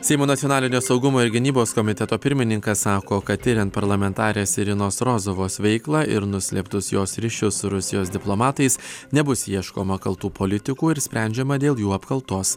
seimo nacionalinio saugumo ir gynybos komiteto pirmininkas sako kad tiriant parlamentarės irinos rozovos veiklą ir nuslėptus jos ryšius su rusijos diplomatais nebus ieškoma kaltų politikų ir sprendžiama dėl jų apkaltos